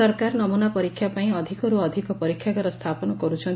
ସରକାର ନମୁନା ପରୀକ୍ଷା ପାଇଁ ଅଧିକରୁ ଅଧିକ ପରୀକ୍ଷାଗାର ସ୍ରାପନ କରୁଛନ୍ତି